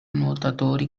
nuotatori